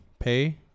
pay